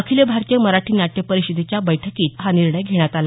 अखिल भारतीय मराठी नाट्य परिषदेच्या बैठकीत काल हा निर्णय घेण्यात आला